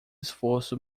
esforço